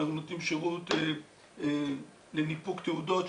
אנחנו נותנים שירות לניפוק תעודות,